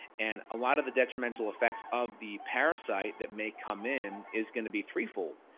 and a lot of the detrimental effects of the parasite that may come in is going to be threefold.